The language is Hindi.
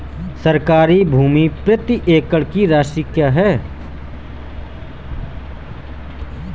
सरकारी भूमि प्रति एकड़ की राशि क्या है?